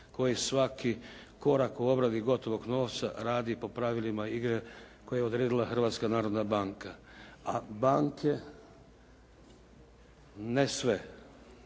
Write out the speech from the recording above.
koji svaki korak u obradi gotovog novca radi po pravilima igre koje je odredila Hrvatska narodna banka, a banke ne sve,